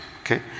okay